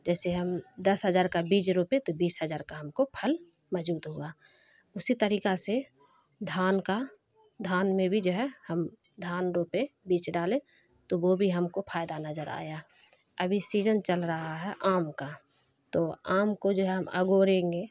جیسے ہم دس ہزار کا بیج روپے تو بیس ہزار کا ہم کو پھل موجود ہوا اسی طریقہ سے دھان کا دھان میں بھی جو ہے ہم دھان روپے بیچ ڈالے تو وہ بھی ہم کو فائدہ نجر آیا ابھی سیزن چل رہا ہے آم کا تو آم کو جو ہے ہم اگوریں گے